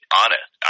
honest